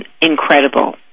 incredible